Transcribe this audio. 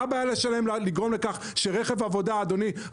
מה הבעיה שלהם לגרום לכך שרכב עבודה אדונית,